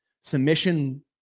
submission